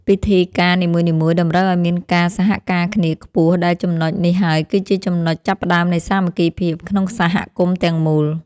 ពិធីការនីមួយៗតម្រូវឱ្យមានការសហការគ្នាខ្ពស់ ដែលចំណុចនេះហើយគឺជាចំណុចចាប់ផ្តើមនៃសាមគ្គីភាពក្នុងសហគមន៍ទាំងមូល។